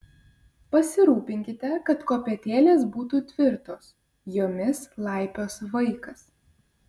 pasirūpinkite kad kopėtėlės būtų tvirtos jomis laipios vaikas